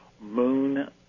moon